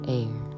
air